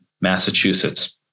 Massachusetts